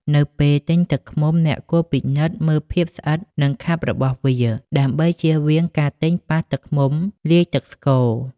នៅពេលទិញទឹកឃ្មុំ អ្នកគួរពិនិត្យមើលភាពស្អិត និងខាប់របស់វា ដើម្បីជៀសវាងការទិញប៉ះទឹកឃ្មុំលាយទឹកស្ករ។